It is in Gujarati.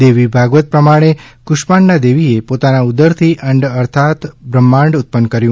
દેવી ભાગવત પ્રમાણે કુષ્માંડા દેવીએ પોતાના ઉદરથી અંડ અર્થાત્ બ્રહ્માંડ ઉત્પન્ન કર્યું